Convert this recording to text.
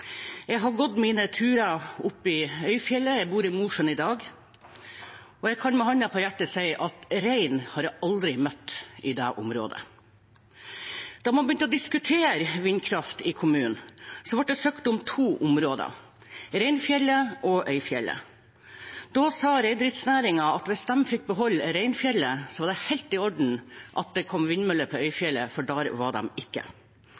jeg at man skyver reindriften foran seg i denne saken. Jeg er født og oppvokst i Mosjøen. Jeg har gått mine turer oppe i Øyfjellet – jeg bor i Mosjøen i dag – og jeg kan med hånden på hjertet si at rein har jeg aldri møtt i dette området. Da man begynte å diskutere vindkraft i kommunen, ble det søkt om to områder: Reinfjellet og Øyfjellet. Da sa reindriftsnæringen at hvis de fikk beholde